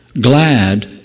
glad